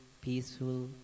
peaceful